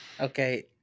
Okay